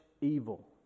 evil